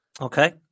Okay